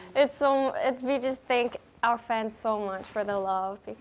it's so it's we just thank our fans so much for the love,